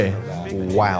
Wow